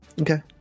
Okay